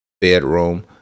bedroom